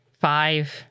Five